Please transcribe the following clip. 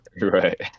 right